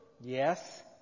Yes